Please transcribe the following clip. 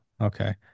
okay